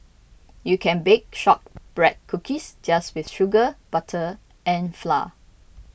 you can bake Shortbread Cookies just with sugar butter and flour